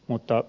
mutta